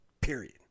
period